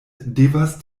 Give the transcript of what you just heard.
devas